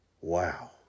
Wow